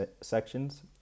sections